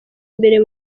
imbere